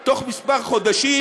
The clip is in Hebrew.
בתוך כמה חודשים,